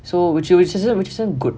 so would you which isn't which isn't good